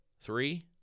three